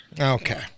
Okay